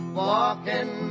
walking